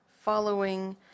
following